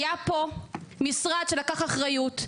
היה פה משרד שלקח אחריות.